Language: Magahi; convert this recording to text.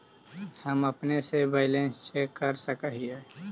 हम अपने से बैलेंस चेक कर सक हिए?